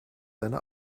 seine